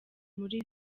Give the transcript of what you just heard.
muri